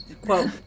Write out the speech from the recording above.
Quote